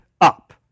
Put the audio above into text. up